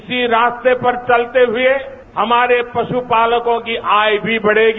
इसी रास्ते पर चलते हुए हमारे पशुपालकों की आय भी बढ़ेगी